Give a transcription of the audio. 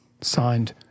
Signed